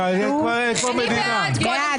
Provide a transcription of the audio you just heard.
מי נגד?